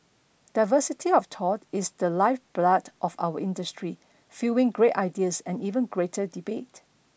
diversity of thought is the lifeblood of our industry fueling great ideas and even greater debate